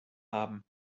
haben